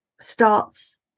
starts